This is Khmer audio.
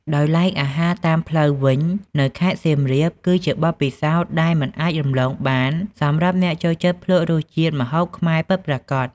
ដោយឡែកអាហារតាមផ្លូវវិញនៅខេត្តសៀមរាប គឺជាបទពិសោធន៍ដែលមិនអាចរំលងបានសម្រាប់អ្នកចូលចិត្តភ្លក្សរសជាតិម្ហូបខ្មែរពិតប្រាកដ។